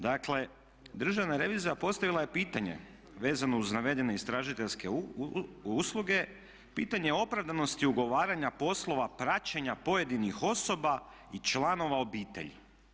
Dakle, Državna revizija postavila je pitanje vezano uz navedene istražiteljske usluge, pitanje opravdanosti ugovaranja poslova praćenja pojedinih osoba i članova obitelji.